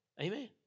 Amen